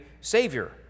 Savior